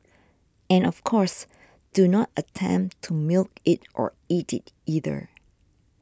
and of course do not attempt to milk it or eat it either